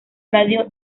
radio